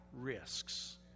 risks